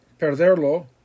perderlo